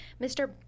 Mr